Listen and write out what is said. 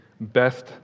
best